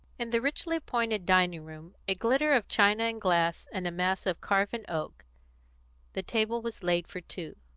in the richly appointed dining-room a glitter of china and glass and a mass of carven oak the table was laid for two.